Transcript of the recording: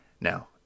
Now